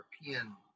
European